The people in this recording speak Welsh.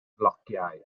flociau